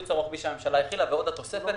מהקיצוץ הרוחבי שהממשלה החילה ועוד התוספת,